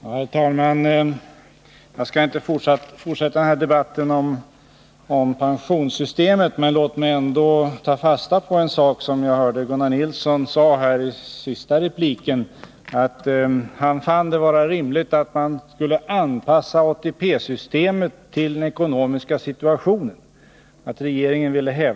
Herr talman! Jag skall inte fortsätta den här debatten om pensionssystemet, men låt mig ändå ta fasta på en sak som jag hörde Gunnar Nilsson säga i sin sista replik. Han fann det rimligt om regeringen anpassade ATP-systemet Nr 29 till den ekonomiska situationen.